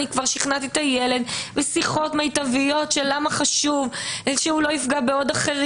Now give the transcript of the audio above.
כבר שכנעתי את הילד ושיחות מיטביות של למה חשוב שהוא לא יפגע באחרים,